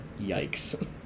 Yikes